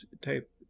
type